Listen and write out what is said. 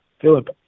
Philip